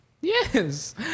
Yes